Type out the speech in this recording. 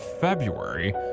February